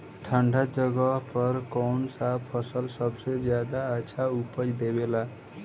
ठंढा जगह पर कौन सा फसल सबसे ज्यादा अच्छा उपज देवेला?